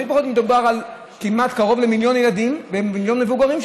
מדובר על קרוב למיליון ילדים ומיליון מבוגרים,